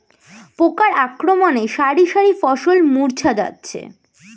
পোকার আক্রমণে শারি শারি ফসল মূর্ছা যাচ্ছে